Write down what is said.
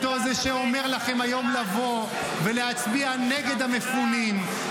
אותו זה שאומר לכם היום לבוא ולהצביע נגד המפונים,